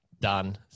Done